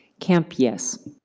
kempe, yes.